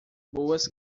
boas